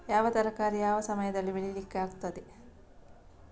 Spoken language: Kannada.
ಯಾವ ತರಕಾರಿ ಯಾವ ಸಮಯದಲ್ಲಿ ಬೆಳಿಲಿಕ್ಕೆ ಆಗ್ತದೆ?